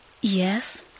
Yes